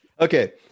Okay